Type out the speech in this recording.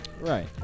right